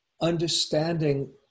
understanding